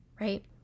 right